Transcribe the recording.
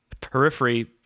Periphery